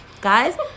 Guys